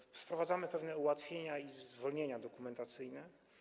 Wprowadzamy pewne ułatwienia i zwolnienia dokumentacyjne.